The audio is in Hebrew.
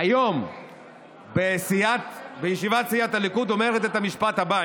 היום בישיבת סיעת הליכוד אומרת את המשפט הבא,